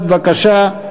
בבקשה,